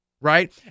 right